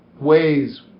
ways